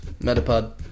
Metapod